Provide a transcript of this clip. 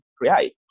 create